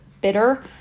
bitter